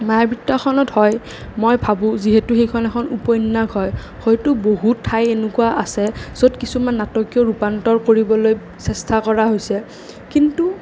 মায়াবৃত্তখনত হয় মই ভাবোঁ যিহেতু সেইখন এখন উপন্যাস হয় হয়তো বহুত ঠাই এনেকুৱা আছে য'ত কিছুমান নাটকীয় ৰূপান্তৰ কৰিবলৈ চেষ্টা কৰা হৈছে কিন্তু